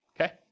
Okay